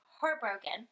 heartbroken